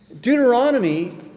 Deuteronomy